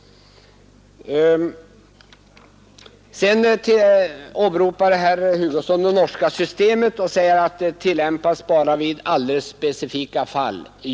Herr Hugosson åberopar det norska systemet och säger att undantagsbestämmelsen tillämpas bara i alldeles specifika fall.